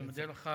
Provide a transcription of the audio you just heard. אני מודה לך,